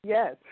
Yes